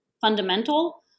fundamental